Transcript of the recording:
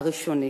הראשוני.